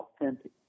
authentic